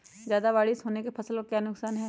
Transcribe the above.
ज्यादा बारिस होने पर फसल का क्या नुकसान है?